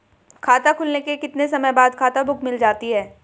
खाता खुलने के कितने समय बाद खाता बुक मिल जाती है?